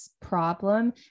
problem